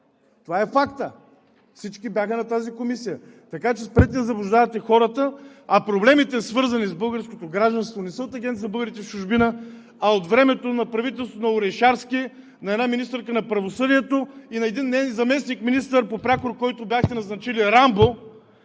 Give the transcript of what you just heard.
Това е факт. Всички бяха на тази комисия. Спрете да заблуждавате хората. Проблемите, свързани с българското гражданство, не са от Агенцията за българите в чужбина, а от времето на правителството на Орешарски, на една министърка на правосъдието и на един неин заместник-министър по прякор, който бяхте назначили – Рамбо,